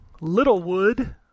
Littlewood